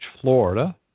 Florida